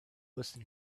listen